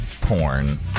porn